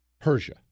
Persia